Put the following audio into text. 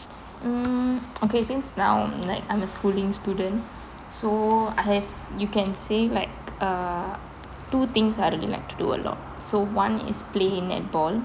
um okay since now like I'm a schooling student so I have you can say like err two things I really like to do a lot so one is playing netball